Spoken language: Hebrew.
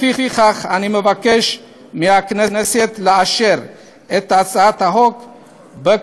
לפיכך, אני מבקש מהכנסת לאשר אותה בקריאה